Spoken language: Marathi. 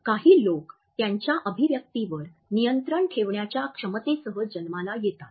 काही लोक त्यांच्या अभिव्यक्तीवर नियंत्रण ठेवण्याच्या क्षमतेसह जन्माला येतात